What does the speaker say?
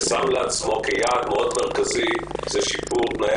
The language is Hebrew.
ששם לעצמו כיעד מרכזי מאוד את שיפור תנאי